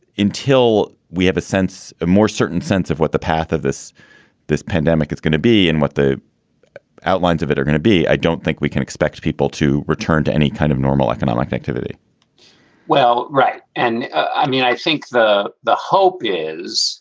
until we have a sense, a more certain sense of what the path of this this pandemic is going to be and what the outlines of it are going to be, i don't think we can expect people to return to any kind of normal economic activity well, right. and i mean, i think the the hope is